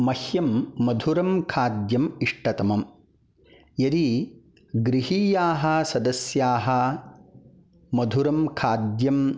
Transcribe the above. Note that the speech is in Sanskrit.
मह्यं मधुरं खाद्यम् इष्टतमम् यदि गृहीयाः सदस्याः मधुरं खाद्यं